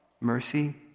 mercy